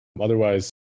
Otherwise